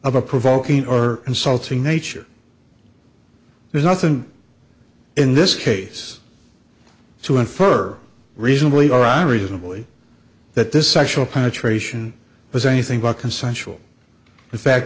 a provoking or insulting nature there's nothing in this case to infer reasonably or i'm reasonably that this actual penetration was anything but consensual in fact